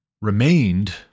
remained